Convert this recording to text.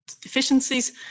deficiencies